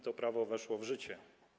To prawo weszło w życie.